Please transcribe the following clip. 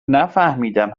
نفهمیدم